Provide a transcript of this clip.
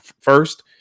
first